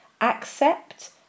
accept